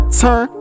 turn